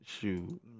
Shoot